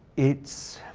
it's